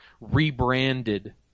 rebranded